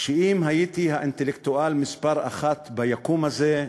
שאם הייתי האינטלקטואל מספר אחת ביקום הזה,